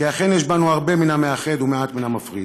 כי אכן יש בנו הרבה מן המאחד ומעט מן המפריד.